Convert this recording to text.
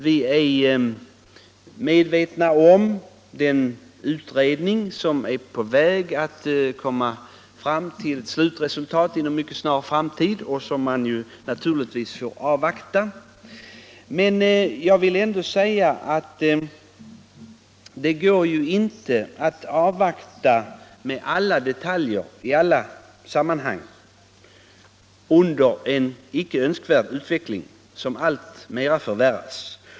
Vi är medvetna om att en utredning är på väg att komma fram till ett slutresultat inom kort, och detta måste naturligtvis avvaktas, men jag vill ändå säga att det går inte att avvakta med alla detaljer under en icke önskvärd utveckling som alltmera förvärras.